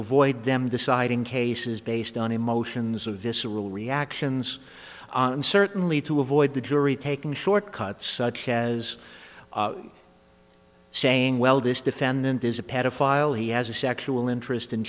avoid them deciding cases based on emotions of visceral reactions and certainly to avoid the jury taking short cuts such as saying well this defendant is a pedophile he has a sexual interest in